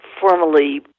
formally